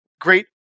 great